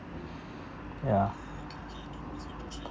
yeah